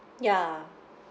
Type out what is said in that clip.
ya